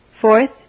Fourth